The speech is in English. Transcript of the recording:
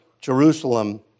Jerusalem